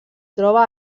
troba